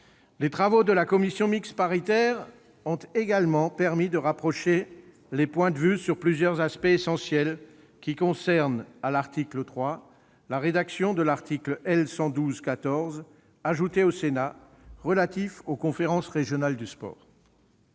Les travaux de la commission mixte paritaire ont également permis de rapprocher les points de vue sur plusieurs aspects essentiels, qui concernent, à l'article 3, la rédaction de l'article L. 112-14 du code du sport introduit par le Sénat et relatif aux conférences régionales du sport.